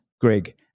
greg